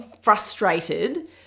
frustrated